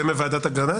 זה מוועדת אגרנט?